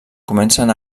comencen